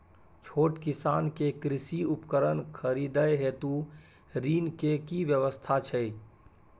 छोट किसान के कृषि उपकरण खरीदय हेतु ऋण के की व्यवस्था छै?